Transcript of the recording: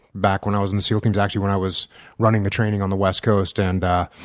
back when i was in the seal teams, actually when i was running the training on the west coast. and